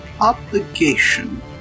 obligation